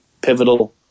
pivotal